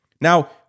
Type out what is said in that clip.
Now